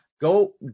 go